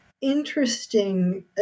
interesting